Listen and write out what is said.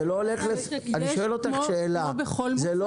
כמו בכל --- אני שואל אותך שאלה: זה לא